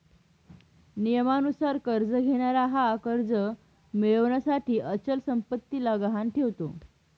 नियमानुसार कर्ज घेणारा हा कर्ज मिळविण्यासाठी अचल संपत्तीला गहाण ठेवतो